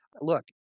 Look